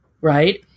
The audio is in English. right